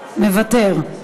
מוותר,